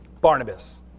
Barnabas